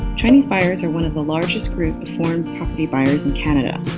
chinese buyers are one of the largest groups of foreign property buyers in canada.